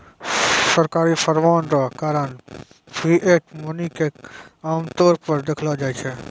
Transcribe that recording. सरकारी फरमान रो कारण फिएट मनी के आमतौर पर देखलो जाय छै